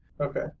okay